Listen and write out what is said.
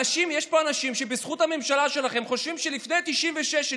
יש פה אנשים שבזכות הממשלה שלכם חושבים שלפני 1996,